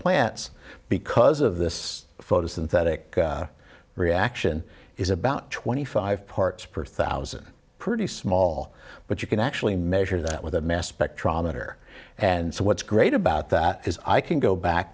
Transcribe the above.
plants because of this photosynthetic reaction is about twenty five parts per thousand pretty small but you can actually measure that with a mess beck trotter and so what's great about that is i can go back